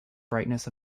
brightness